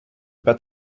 pas